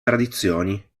tradizioni